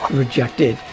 rejected